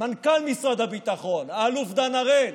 מנכ"ל משרד הביטחון האלוף דן הראל,